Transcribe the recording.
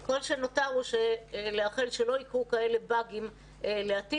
כל שנותר הוא, לאחל שלא יקרו כאלה באגים לעתיד.